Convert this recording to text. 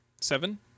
Seven